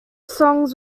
songs